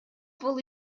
бул